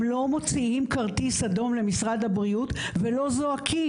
לא מוציאים כרטיס אדום למשרד הבריאות ולא זועקים.